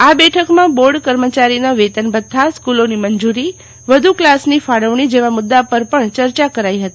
આ બેઠકમાં બોર્ડ કર્મચારીના વેતન ભથ્થા સ્કૂલોની મંજૂરી વધુ ક્લાસની ફાળવણી જેવા મુદ્દા પર પણ ચર્ચા કરાઈ હતી